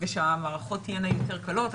ושהמערכות תהיינה יותר קלות.